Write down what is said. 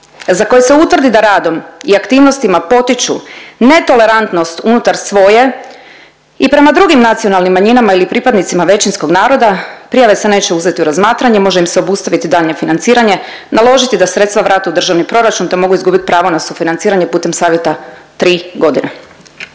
za koje se utvrdi da radom i aktivnosti potiču netolerantnost unutar svoje i prema drugim nacionalnim manjinama ili pripadnicima većinskog naroda, prijave se neće uzeti u razmatranje, može im se obustaviti daljnje financiranje, naložiti da sredstva vrate u državni proračun te mogu izgubit pravo na sufinanciranje putem Savjeta tri godine.